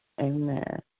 Amen